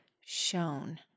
shown